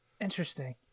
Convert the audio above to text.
Interesting